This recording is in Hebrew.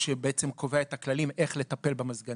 שבעצם קובע את הכללים של איך לטפל במזגנים,